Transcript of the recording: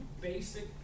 basic